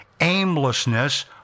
aimlessness